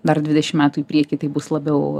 dar dvidešim metų į priekį tai bus labiau